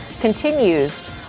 continues